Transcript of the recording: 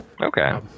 Okay